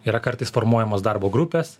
yra kartais formuojamos darbo grupės